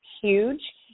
huge